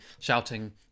shouting